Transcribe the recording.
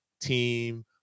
Team